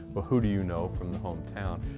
but who do you know from the home town.